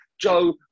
Joe